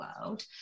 world